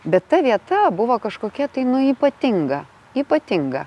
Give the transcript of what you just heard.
bet ta vieta buvo kažkokia tai nu ypatinga ypatinga